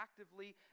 actively